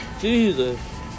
Jesus